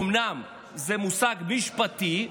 אומנם זה מושג משפטי,